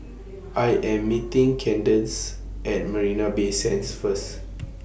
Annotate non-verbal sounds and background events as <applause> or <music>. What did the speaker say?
I Am meeting Kandace At Marina Bay Sands First <noise>